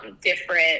different